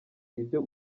ibyo